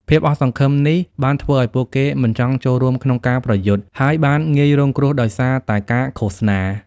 ភាពអស់សង្ឃឹមនេះបានធ្វើឲ្យពួកគេមិនចង់ចូលរួមក្នុងការប្រយុទ្ធ ហើយបានងាយរងគ្រោះដោយសារតែការឃោសនា។